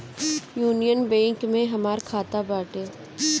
union Bank में हमार खाता बाटे